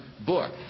book